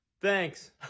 Thanks